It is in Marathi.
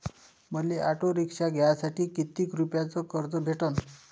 मले ऑटो रिक्षा घ्यासाठी कितीक रुपयाच कर्ज भेटनं?